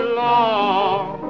long